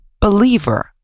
believer